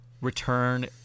return